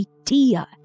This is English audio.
idea